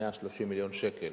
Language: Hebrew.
130 מיליון שקל,